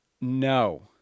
No